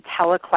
teleclass